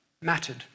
mattered